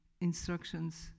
instructions